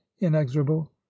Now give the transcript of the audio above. inexorable